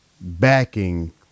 backing